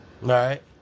right